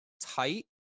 tight